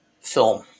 film